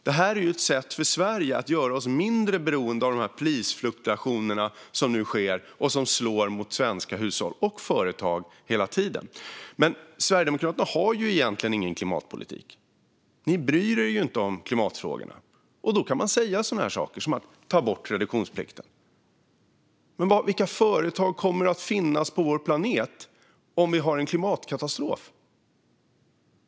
Det är ett sätt för Sverige att göra oss mindre beroende av de prisfluktuationer som nu sker och som slår mot svenska hushåll och företag hela tiden. Sverigedemokraterna har egentligen ingen klimatpolitik. Ni bryr er ju inte om klimatfrågorna, Thomas Morell, och kan då tala om sådant som att ta bort reduktionsplikten. Men vilka företag kommer att finnas på vår planet om vi får en klimatkatastrof?